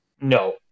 No